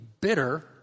bitter